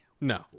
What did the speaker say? no